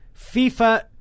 FIFA